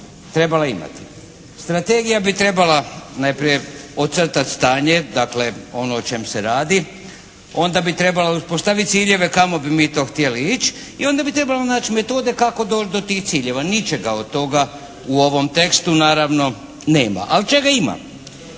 trebala imati? Strategija bi trebala najprije ocrtati stanje, dakle ono o čem se radi onda bi trebala uspostaviti ciljeve kamo bi mi to htjeli ići i onda bi trebalo naći metode kako doći do tih ciljeva. Ničega od toga u ovom tekstu naravno nema. Ali čega ima?